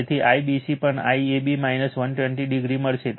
તેથી IBC પણ IAB 120o મળશે